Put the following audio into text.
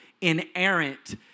inerrant